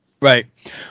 Right